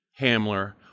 Hamler